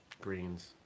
greens